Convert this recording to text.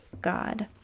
God